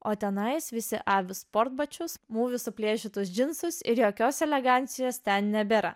o tenai visi avi sportbačius mūvi suplėšytus džinsus ir jokios elegancijos ten nebėra